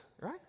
right